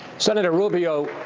senator rubio,